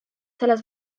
selles